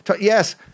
Yes